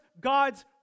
God's